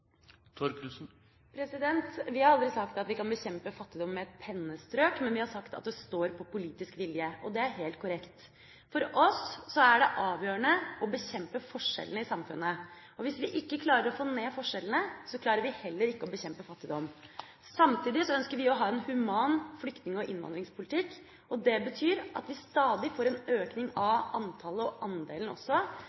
Vi har aldri sagt at vi kan bekjempe fattigdom med et pennestrøk, men vi har sagt at det står på politisk vilje. Det er helt korrekt. For oss er det avgjørende å bekjempe forskjellene i samfunnet. Hvis vi ikke klarer å få ned forskjellene, klarer vi heller ikke å bekjempe fattigdom. Samtidig ønsker vi å ha en human flyktning- og innvandringspolitikk. Det betyr at vi stadig får en økning av